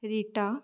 Rita